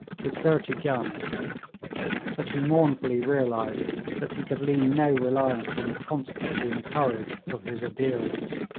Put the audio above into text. with thirty guns but he mournfully realised that he could lean no reliance on the constancy and courage of his adherents.